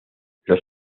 los